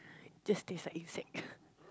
just taste like insect